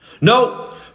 No